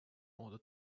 order